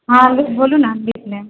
हँ बोलू न लिख लेब